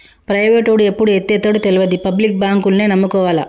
ప్రైవేటోడు ఎప్పుడు ఎత్తేత్తడో తెల్వది, పబ్లిక్ బాంకుల్నే నమ్ముకోవాల